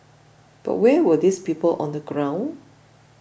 but where were these people on the ground